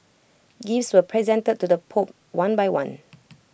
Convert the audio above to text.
gifts were presented to the pope one by one